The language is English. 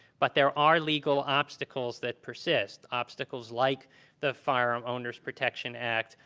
but there are legal obstacles that persist, obstacles like the firearm owners protection act,